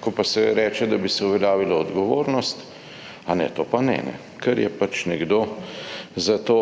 Ko pa se reče, da bi se uveljavila odgovornost, a ne, to pa ne, ker je pač nekdo za to